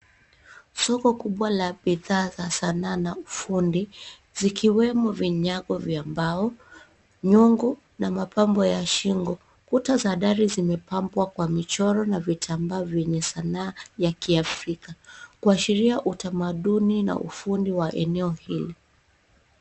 Soko kubwa la bidhaa za sanaa na ufundi zikiwemo vinyago vya mbao, nyungu na mapambo ya shingo. Kuta za dari zimepambwa kwa michoro na vitambaa vyenye sanaa ya kiafrika kuashiria utamaduni na ufundi wa eneo hili.